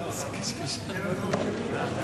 מי נגד?